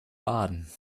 baden